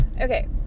Okay